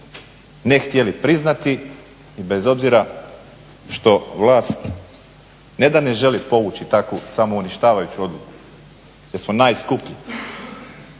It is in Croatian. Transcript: ne htjeli priznati i bez obzira što vlast ne da ne želi povući takvu samouništavajuću odluku jer smo najskuplji